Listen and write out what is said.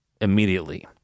immediately